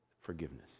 forgiveness